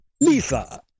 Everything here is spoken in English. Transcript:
Lisa